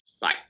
bye